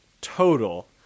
total